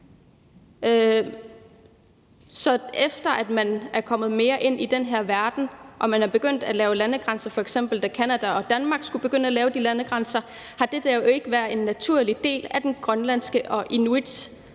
Så efter at man er kommet mere ind i den her verden og man er begyndt at lave landegrænser, f.eks. da Canada og Danmark skulle begynde at lave de landegrænser, har det jo ikke været en naturlig del af grønlandske og inuits levevilkår,